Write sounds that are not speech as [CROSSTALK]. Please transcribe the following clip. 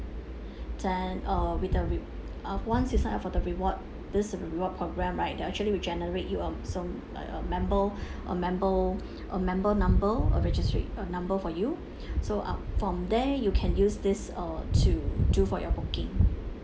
then uh with the re~ uh once you sign up for the reward this reward programme right they actually will generate you um some like a member [BREATH] a member a member number or registry a number for you [BREATH] so um from there you can use this uh to do for your booking